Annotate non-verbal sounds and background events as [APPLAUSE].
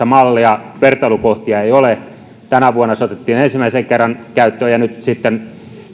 [UNINTELLIGIBLE] mallia vertailukohtia ei ole tänä vuonna se otettiin ensimmäisen kerran käyttöön ja nyt sitten